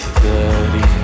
thirty